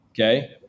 Okay